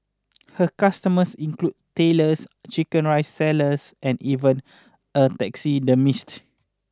her customers include tailors chicken rice sellers and even a taxidermist